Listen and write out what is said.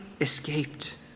escaped